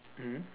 mmhmm